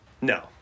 No